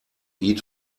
eat